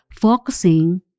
focusing